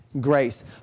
grace